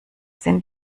sind